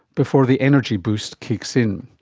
before the energy boost kicks in.